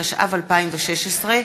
התשע"ו 2016,